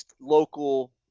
local